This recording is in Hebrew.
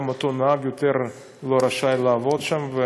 גם אותו נהג לא רשאי לעבוד שם יותר,